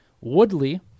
Woodley